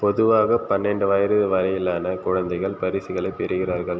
பொதுவாக பன்னெண்டு வயது வரையிலான குழந்தைகள் பரிசுகளைப் பெறுகிறார்கள்